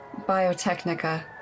Biotechnica